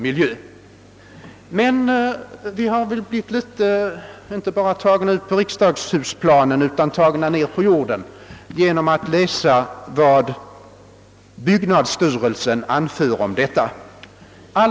Men vi har väl blivit inte bara tagna ut till riksdaghusplanen utan också ner på jorden genom att läsa vad byggnadsstyrelsen anför om detta förslag.